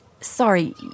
sorry